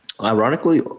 Ironically